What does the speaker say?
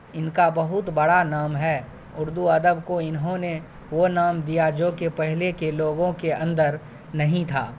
ان کا بہت بڑا نام ہے اردو ادب کو انہوں نے وہ نام دیا جو کہ پہلے کے لوگوں کے اندر نہیں تھا